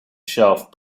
shelf